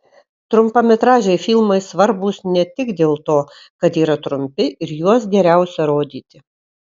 trumpametražiai filmai svarbūs ne tik dėl to kad yra trumpi ir juos geriausia rodyti